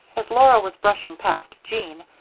as laura was brushing past jean,